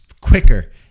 quicker